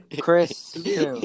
Chris